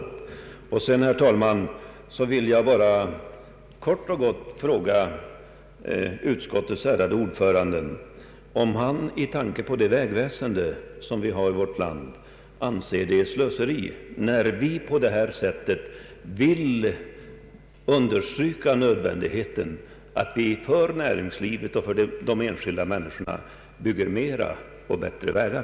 Till sist vill jag kort och gott fråga utskottets ärade ordförande om han med tanke på det vägväsende som vi har i vårt land anser det vara slöseri när vi understryker nödvändigheten av att det till båtnad för näringslivet och de enskilda människorna byggs flera och bättre vägar?